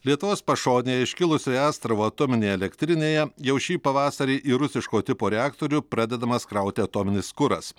lietuvos pašonėje iškilusioje astravo atominėje elektrinėje jau šį pavasarį į rusiško tipo reaktorių pradedamas krauti atominis kuras